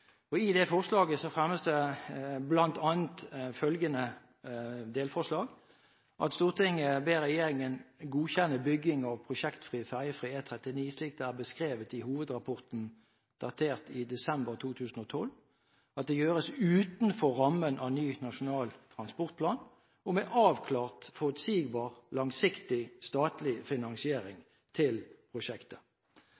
I Dokument 8-forslaget fremmes bl.a. følgende delforslag: «Stortinget ber regjeringen godkjenne bygging av prosjekt ferjefri E39 slik det er beskrevet i hovedrapport datert desember 2012. Det gjøres utenfor rammen av ny Nasjonal transportplanplan 2014–2023 og med avklart, forutsigbar, langsiktig, statlig finansiering